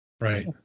right